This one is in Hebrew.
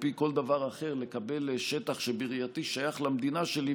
פי כל דבר אחר לקבל שטח שבראייתי שייך למדינה שלי,